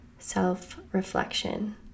self-reflection